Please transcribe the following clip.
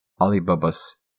Alibaba's